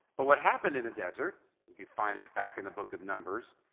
but what happened in the desert, if you find it back in the book of numbers,